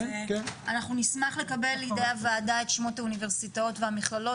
אנחנו נשמח לקבל לידי הוועדה את שמות האוניברסיטאות והמכללות